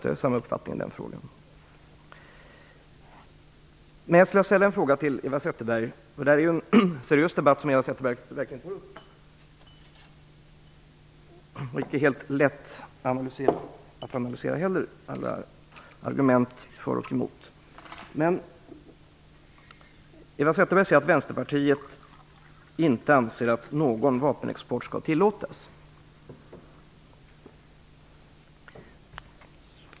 Det är verkligen en seriös debatt som Eva Zetterberg tar upp, och det är icke helt lätt att analysera alla argument för och emot. Eva Zetterberg säger att Vänsterpartiet inte anser att någon vapenexport skall tillåtas.